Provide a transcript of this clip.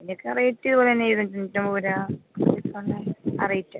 അതിനൊക്കെ റേറ്റ് ഇത് പോലെ തന്നെ ഇരുനൂറ്റി തൊണൂറ്റി ഒമ്പത് രൂപ ആ ഒരു റേറ്റ്